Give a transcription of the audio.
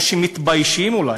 או שמתביישים אולי,